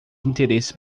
interesse